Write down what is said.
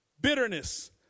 bitterness